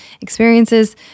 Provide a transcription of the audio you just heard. experiences